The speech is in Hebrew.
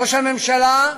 ראש הממשלה,